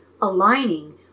aligning